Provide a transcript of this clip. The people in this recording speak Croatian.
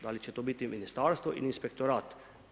Da li će to biti ministarstvo ili inspektorat?